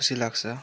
खुसी लाग्छ